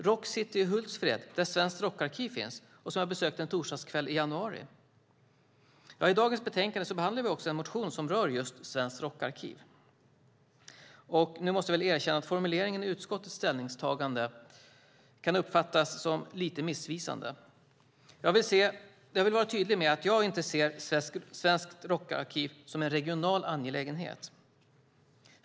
Rock City i Hultsfred, där Svenskt Rockarkiv finns, besökte jag en torsdagskväll i januari. I dagens betänkande behandlar vi också en motion som rör just Svenskt Rockarkiv. Nu måste jag väl erkänna att formuleringen i utskottets ställningstagande kan uppfattas som lite missvisande. Jag vill vara tydlig med att jag inte ser Svenskt Rockarkiv som en regional angelägenhet.